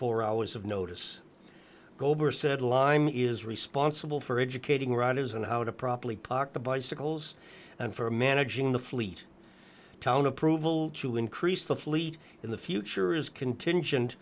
four hours of notice gober said lime is responsible for educating riders on how to properly pock the bicycles and for managing the fleet town approval to increase the fleet in the future is contingent